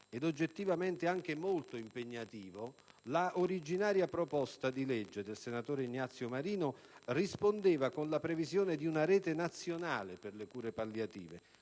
ed oggettivamente anche molto impegnativo, l'originaria proposta di legge del senatore Ignazio Marino rispondeva con la previsione di una rete nazionale per le cure palliative,